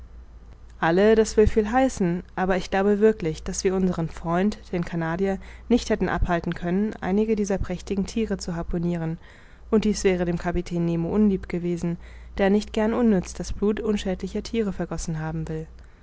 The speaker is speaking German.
alle das will viel heißen aber ich glaube wirklich daß wir unseren freund den canadier nicht hätten abhalten können einige dieser prächtigen thiere zu harpunieren und dies wäre dem kapitän nemo unlieb gewesen da er nicht gern unnütz das blut unschädlicher thiere vergossen haben will